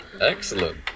Excellent